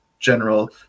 General